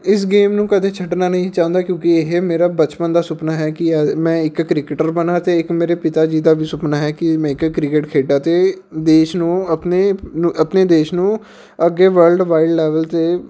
ਇਸ ਗੇਮ ਨੂੰ ਕਦੇ ਛੱਡਣਾ ਨਹੀਂ ਚਾਹੁੰਦਾ ਕਿਉਂਕਿ ਇਹ ਮੇਰਾ ਬਚਪਨ ਦਾ ਸੁਪਨਾ ਹੈ ਕਿ ਮੈਂ ਇੱਕ ਕ੍ਰਿਕਟਰ ਬਣਾਂ ਅਤੇ ਇੱਕ ਮੇਰੇ ਪਿਤਾ ਜੀ ਦਾ ਵੀ ਸੁਪਨਾ ਹੈ ਕਿ ਮੈਂ ਇੱਕ ਕ੍ਰਿਕਟ ਖੇਡਾਂ ਅਤੇ ਦੇਸ਼ ਨੂੰ ਆਪਣੇ ਆਪਣੇ ਦੇਸ਼ ਨੂੰ ਅੱਗੇ ਵਰਲਡ ਵਾਈਡ ਲੈਵਲ 'ਤੇ